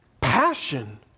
passion